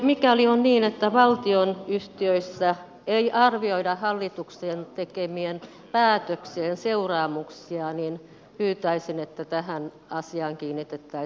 mikäli on niin että valtionyhtiöissä ei arvioida hallituksen tekemien päätöksien seuraamuksia niin pyytäisin että tähän asiaan kiinnitettäisiin huomiota